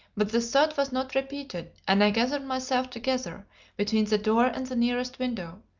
but the thud was not repeated, and i gathered myself together between the door and the nearest window,